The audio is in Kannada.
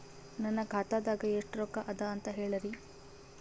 ನನ್ನ ಖಾತಾದಾಗ ಎಷ್ಟ ರೊಕ್ಕ ಅದ ಅಂತ ಹೇಳರಿ?